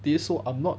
this so I'm not